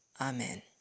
Amen